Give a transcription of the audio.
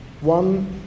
one